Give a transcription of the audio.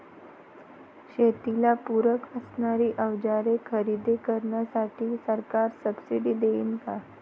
शेतीला पूरक असणारी अवजारे खरेदी करण्यासाठी सरकार सब्सिडी देईन का?